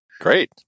Great